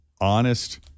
honest